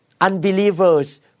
unbelievers